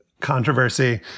controversy